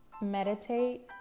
Meditate